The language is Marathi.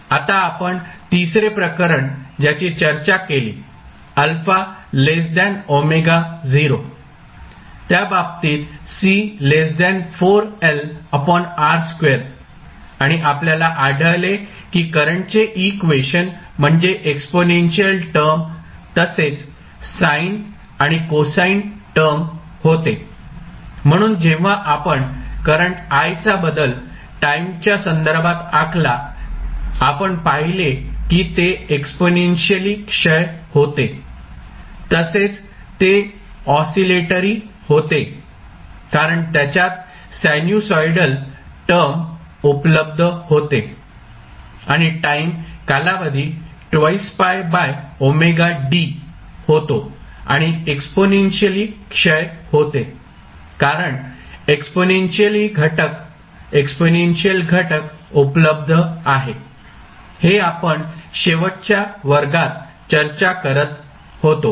आता आपण तिसरे प्रकरण ज्याची चर्चा केली त्या बाबतीत आणि आपल्याला आढळले की करंटचे इक्वेशन म्हणजे एक्सपोनेशियल टर्म तसेच साइन आणि कोसाइन टर्म होते म्हणून जेव्हा आपण करंट i चा बदल टाईमच्या संदर्भात आखला आपण पाहिले की ते एक्सपोनेन्शियली क्षय होते तसेच ते ऑसीलेटरी होते कारण त्याच्यात सायनुसायडल टर्म उपलब्ध होते आणि टाईम कालावधी होतो आणि एक्सपोनेन्शियली क्षय होते कारण एक्सपोनेन्शियल घटक उपलब्ध आहे हे आपण शेवटच्या वर्गात चर्चा करीत होतो